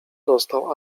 dostał